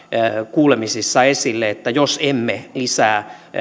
kuulemisissa esille että jos emme lisää